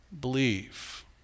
believe